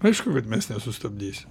aišku kad mes nesustabdysim